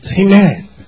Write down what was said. Amen